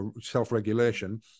self-regulation